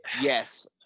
Yes